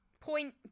point